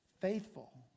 Faithful